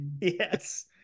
Yes